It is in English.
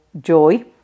joy